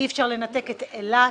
אי אפשר לנתק את אילת,